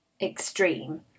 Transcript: extreme